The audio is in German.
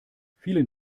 vielen